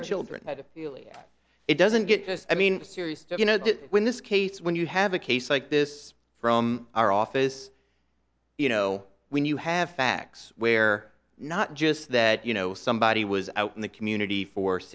than children that it doesn't get i mean serious stuff you know that in this case when you have a case like this from our office you know when you have facts where not just that you know somebody was out in the community for